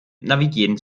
navigieren